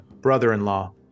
brother-in-law